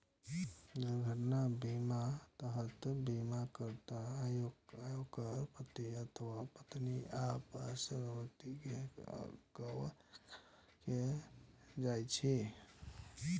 दुर्घटना बीमाक तहत बीमाकर्ता, ओकर पति अथवा पत्नी आ आश्रित व्यक्ति कें कवर कैल जाइ छै